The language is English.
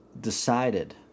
decided